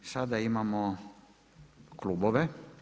Sada imamo klubove.